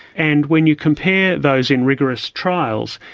and when you compare those in rigorous trials,